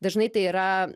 dažnai tai yra